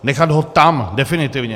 Nechat ho tam definitivně.